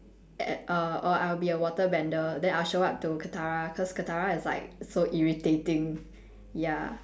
err or I'll be a water bender then I'll show up to katara cause katara is like so irritating ya